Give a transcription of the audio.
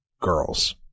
girls